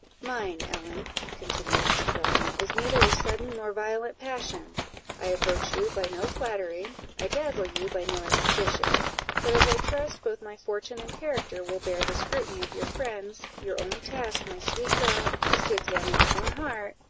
mine, ellen, continued mr. belmont, is neither a sudden nor violent passion i approach you by no flattery i dazzle you by no exhibition but as i trust both my fortune and character will bear the scrutiny of your friends, your only task, my sweet girl, is to examine your own heart,